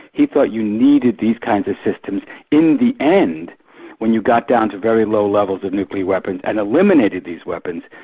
he thought you needed these kinds of systems in the end when you got down to very low levels of nuclear weapons and eliminated these weapons,